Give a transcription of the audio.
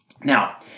Now